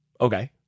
Okay